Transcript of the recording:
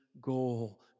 goal